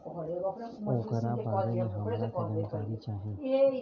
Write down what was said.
ओकरा बारे मे हमरा के जानकारी चाही?